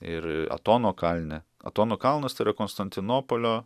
ir atono kalne atono kalnas tai yra konstantinopolio